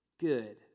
Good